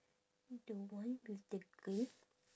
the one with the girl